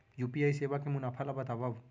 UPI सेवा के मुनाफा ल बतावव?